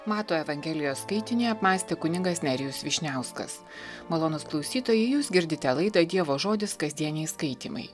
mato evangelijos skaitinį apmąstė kunigas nerijus vyšniauskas malonūs klausytojai jūs girdite laidą dievo žodis kasdieniai skaitymai